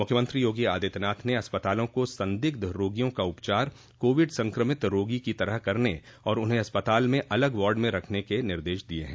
मुख्यमंत्री योगी आदित्यनाथ ने अस्पतालों को संदिग्ध रोगियों का उपचार कोविड संक्रमित रोगी की तरह करने और उन्हें अस्पताल में अलग वार्ड में रखने के निर्देश दिए हैं